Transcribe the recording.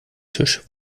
tisch